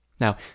Now